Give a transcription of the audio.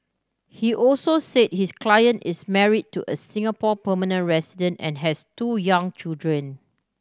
he also said his client is married to a Singapore permanent resident and has two young children